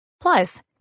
Plus